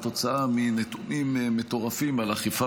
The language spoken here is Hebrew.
כתוצאה מנתונים מטורפים על אכיפה